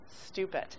Stupid